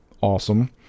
awesome